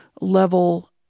level